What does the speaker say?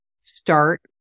start